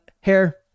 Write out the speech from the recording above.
Hair